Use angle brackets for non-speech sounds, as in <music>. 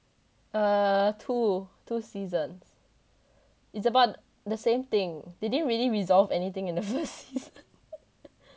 err two two seasons it's about the same thing they didn't really resolve anything in the first season <laughs>